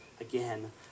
again